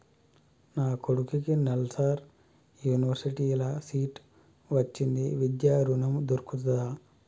నా కొడుకుకి నల్సార్ యూనివర్సిటీ ల సీట్ వచ్చింది విద్య ఋణం దొర్కుతదా?